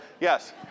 yes